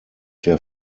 der